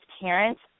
parents